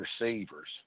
receivers